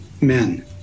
men